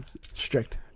Strict